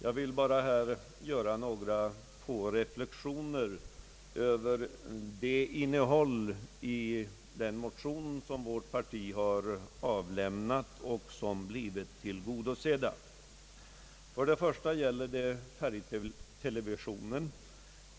Jag vill bara här göra några få reflexioner över innehållet i den motion som vårt parti har avlämnat och som blivit tillgodosett. Först vill jag beröra frågan om färgtelevisionen.